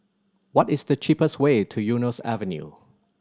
what is the cheapest way to Eunos Avenue